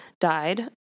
died